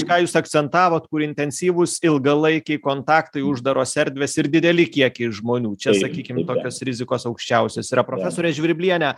ką jūs akcentavot kur intensyvūs ilgalaikiai kontaktai uždaros erdvės ir dideli kiekiai žmonių čia sakykim tokios rizikos aukščiausios yra profesore žvirbliene